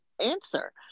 answer